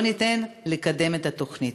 לא ניתן לקדם את התוכנית.